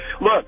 Look